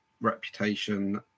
reputation